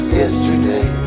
yesterday